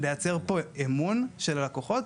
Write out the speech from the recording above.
אנחנו כן רוצים לייצר פה אמון של הלקוחות,